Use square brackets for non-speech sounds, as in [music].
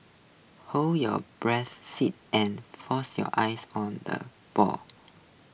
hold your breath [unintelligible] and focus your eyes on the ball